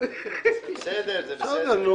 בסדר, זה בסדר.